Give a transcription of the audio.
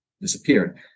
disappeared